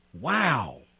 Wow